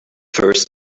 first